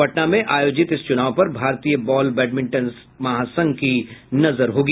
पटना में आयोजित इस चुनाव पर भारतीय बॉल बैडमिंटन महासंघ की नजर रहेगी